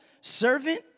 servant